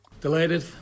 Delighted